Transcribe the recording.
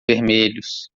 vermelhos